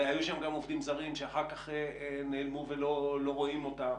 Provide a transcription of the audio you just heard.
הרי היו שם גם עובדים זרים שאחר כך נעלמו ולא רואים אותם.